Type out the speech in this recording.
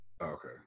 Okay